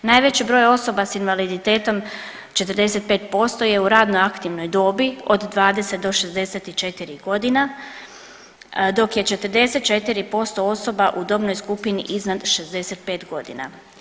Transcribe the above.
Najveći broj osoba s invaliditetom 45 je u radno aktivnoj dobi od 20 do 64 godina, dok je 44% osoba u dobnoj skupini iznad 65 godina.